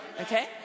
okay